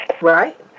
Right